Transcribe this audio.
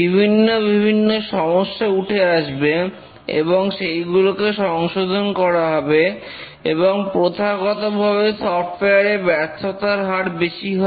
বিভিন্ন বিভিন্ন সমস্যা উঠে আসবে এবং সেইগুলোকে সংশোধন করা হবে এবং প্রথাগতভাবে সফটওয়্যার এর ব্যর্থতার হার বেশি হয়